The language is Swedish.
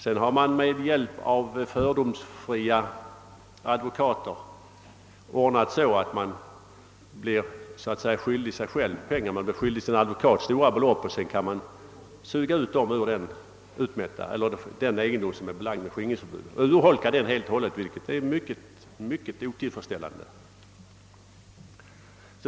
Sedan har man med hjälp av fördomsfria advokater ordnat att man blir så att säga skyldig sig själv pengarna — man blir skyldig sin advokat stora belopp, och sedan kan man suga ut dem ur den egendom som är belagd med skingringsförbudet, vilket naturligtvis är mycket otillfredsställande.